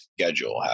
schedule